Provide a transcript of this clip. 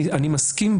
אני מסכים,